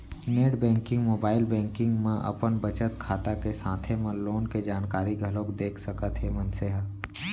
net banking, mobile banking म अपन बचत खाता के साथे म लोन के जानकारी घलोक देख सकत हे मनसे ह